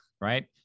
right